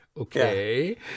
okay